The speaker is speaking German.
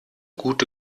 gute